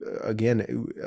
again